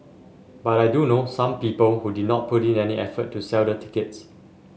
but I do know some people who did not put in any effort to sell the tickets